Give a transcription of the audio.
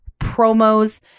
Promos